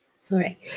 sorry